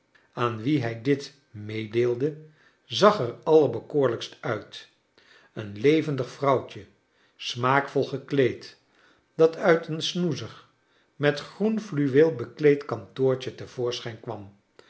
aan wie hij dit meedeelde zag er allerbekoorlijkst uit een levendig vrouwtje smaakvol gekleed dat uit een snoezig met groen fluweel bekleed kantoortje te voorschijn kwam